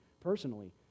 personally